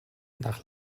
nach